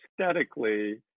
aesthetically